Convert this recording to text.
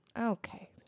Okay